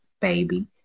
baby